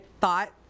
thought